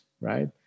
Right